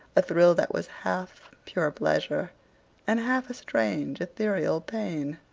a thrill that was half pure pleasure and half a strange, ethereal pain.